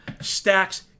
stacks